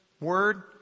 word